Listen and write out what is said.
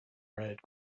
red